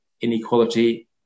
inequality